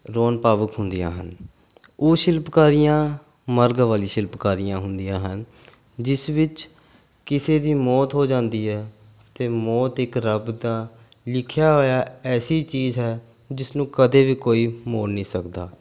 ਰੋਣ ਭਾਵੁਕ ਹੁੰਦੀਆਂ ਹਨ ਉਹ ਸ਼ਿਲਪਕਾਰੀਆਂ ਮਰਦਾਂ ਵਾਲੀ ਸ਼ਿਲਪਕਾਰੀਆਂ ਹੁੰਦੀਆਂ ਹਨ ਜਿਸ ਵਿੱਚ ਕਿਸੇ ਦੀ ਮੌਤ ਹੋ ਜਾਂਦੀ ਹੈ ਅਤੇ ਮੌਤ ਇੱਕ ਰੱਬ ਦਾ ਲਿਖਿਆ ਹੋਇਆ ਐਸੀ ਚੀਜ਼ ਹੈ ਜਿਸਨੂੰ ਕਦੇ ਵੀ ਕੋਈ ਮੋੜ ਨਹੀਂ ਸਕਦਾ